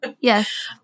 Yes